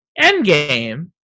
Endgame